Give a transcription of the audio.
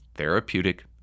Therapeutic